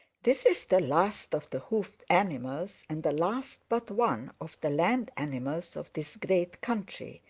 this is the last of the hoofed animals and the last but one of the land animals of this great country,